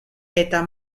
eta